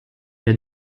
qu’à